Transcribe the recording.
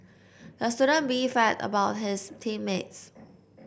the student beefed at about his team mates